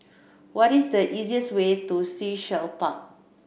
what is the easiest way to Sea Shell Park